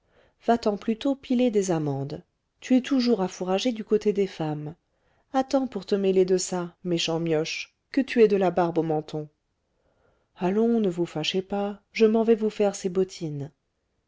va-t'en plutôt piler des amandes tu es toujours à fourrager du côté des femmes attends pour te mêler de ça méchant mioche que tu aies de la barbe au menton allons ne vous fâchez pas je m'en vais vous faire ses bottines